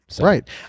right